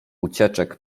ucieczek